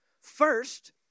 First